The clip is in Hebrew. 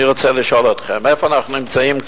אני רוצה לשאול אתכם: איפה אנחנו נמצאים כאן?